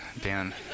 Dan